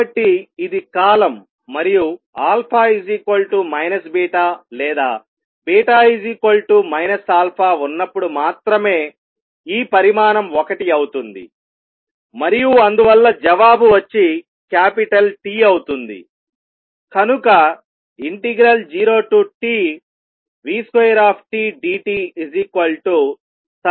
కాబట్టి ఇది కాలం మరియు α β లేదా β α ఉన్నప్పుడు మాత్రమే ఈ పరిమాణం ఒకటి అవుతుంది మరియు అందువల్ల జవాబు వచ్చి క్యాపిటల్ T అవుతుంది